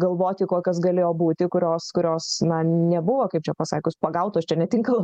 galvoti kokios galėjo būti kurios kurios nebuvo kaip čia pasakius pagautos čia netinka